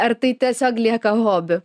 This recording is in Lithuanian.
ar tai tiesiog lieka hobiu